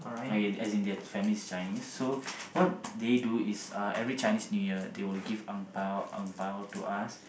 okay as in their family is Chinese so what they do is uh every Chinese-New-Year they will give ang-bao ang-bao to us